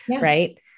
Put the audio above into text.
right